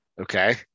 Okay